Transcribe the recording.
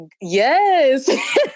Yes